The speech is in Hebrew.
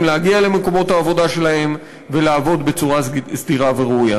להגיע למקומות העבודה שלהם ולעבוד בצורה סדירה וראויה.